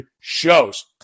shows